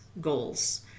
goals